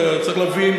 אתה צריך להבין,